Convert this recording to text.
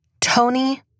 Tony